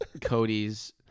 Cody's